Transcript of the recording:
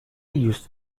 used